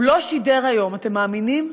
הוא לא שידר היום, אתם מאמינים?